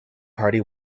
party